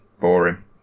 Boring